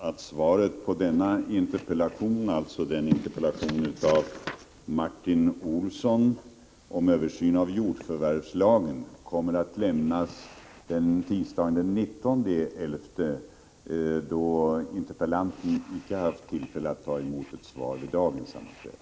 Herr talman! Jag ber att få meddela att svaret på interpellation 27 av Martin Olsson om översyn av jordförvärvslagen kommer att lämnas tisdagen den 19 november, då interpellanten inte hade tillfälle att ta emot svaret vid dagens sammanträde.